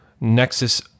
Nexus